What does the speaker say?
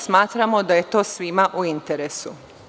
Smatramo da je to svima u interesu.